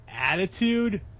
Attitude